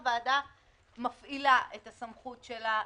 היא לא מסוג הדברים שהמדינה רוצה לתקצב ולתעדף בסדרי העדיפויות שלה.